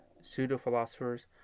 Pseudo-philosophers